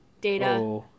Data